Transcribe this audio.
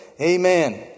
Amen